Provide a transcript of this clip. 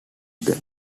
them